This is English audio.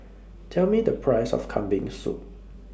Tell Me The Price of Kambing Soup